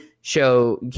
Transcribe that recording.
show